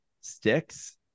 sticks